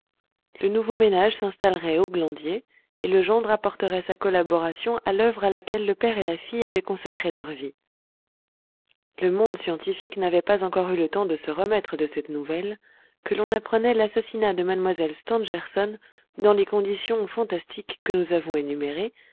le nouveau ménage s'installerait au glandier et le gendre apporterait sa collaboration à l'œuvre à laquelle le père et la fille avaient consacré leur vie le monde scientifique n'avait pas encore eu le temps de se remettre de cette nouvelle que l'on apprenait l'assassinat de mlle stangerson dans les conditions fantastiques que nous avons énumérées